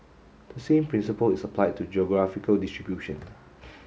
the same principle is applied to geographical distribution